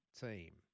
team